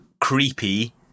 creepy